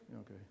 Okay